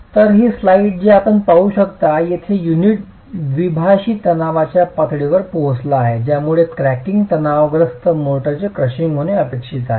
तर ही स्लाइड जी आपण पाहू शकता तेथेच युनिट द्विभाषी तणावाच्या पातळीवर पोहोचला आहे ज्यामुळे क्रॅकिंगच्या कारणास्तव मोर्टारचे क्रशिंग होणे अपेक्षित आहे